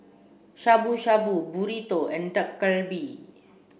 Shabu Shabu Burrito and Dak Galbi